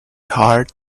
heart